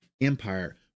empire